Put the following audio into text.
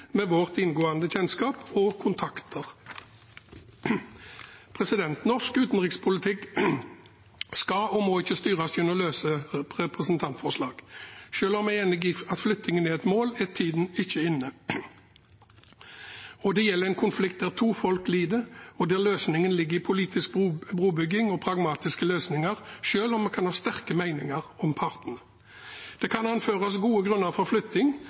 med vår inngående kjennskap og våre kontakter. Norsk utenrikspolitikk skal og må ikke styres ved løse representantforslag. Selv om jeg er enig i at flyttingen er et mål, er tiden ikke inne. Dette gjelder en konflikt der to folk lider, og der løsningen ligger i politisk brobygging og pragmatiske løsninger, selv om vi kan ha sterke meninger om partene. Det kan anføres gode grunner for flytting.